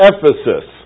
Ephesus